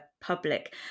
public